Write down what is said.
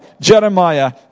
Jeremiah